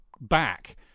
back